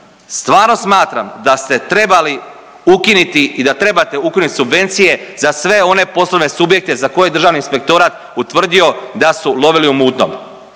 Stvarno smatram da ste trebali ukiniti i da trebate ukinut subvencije za sve one poslovne subjekte za koje je Državni inspektorat utvrdio da su lovili u mutnom.